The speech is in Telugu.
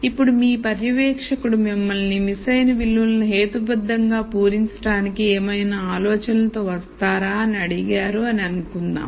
ఇప్పుడు మీ పర్యవేక్షకుడు మిమ్మల్ని మిస్సయిన విలువలను హేతుబద్ధంగా పూరించడానికి ఏమైనా ఆలోచనలతో వస్తారా అని అడిగారు అని అనుకుందాం